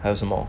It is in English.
还有什么